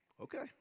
Okay